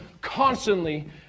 constantly